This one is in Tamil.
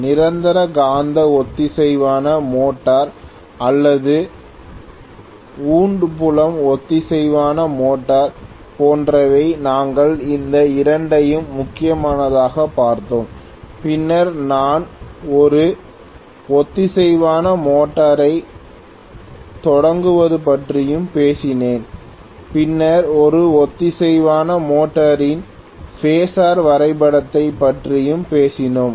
நிரந்தர காந்த ஒத்திசைவான மோட்டார் அல்லது வூண்டு புலம் ஒத்திசைவான மோட்டார் போன்றவை நாங்கள் இந்த இரண்டையும் முக்கியமாகப் பார்த்தோம் பின்னர் நான் ஒரு ஒத்திசைவான மோட்டாரை த் தொடங்குவது பற்றியும் பேசினேன் பின்னர் ஒரு ஒத்திசைவான மோட்டரின் பேஸர் வரைபடத்தைப் பற்றியும் பேசினோம்